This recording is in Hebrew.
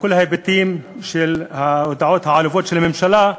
כל ההיבטים של ההודעות העלובות של הממשלה.